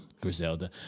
Griselda